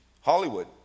Hollywood